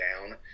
down